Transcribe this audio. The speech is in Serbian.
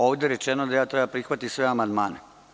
Ovde je rečeno da treba da prihvatim sve amandmane.